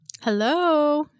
Hello